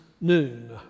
noon